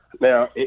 Now